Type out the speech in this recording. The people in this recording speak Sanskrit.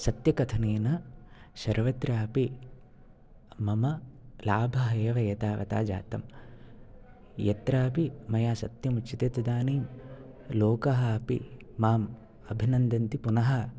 सत्यकथनेन सर्वत्रापि मम लाभः एव एतावता जातम् यत्रापि मया सत्यम् उच्यते तदानीं लोकाः अपि माम् अभिनन्दति पुनः